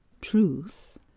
Truth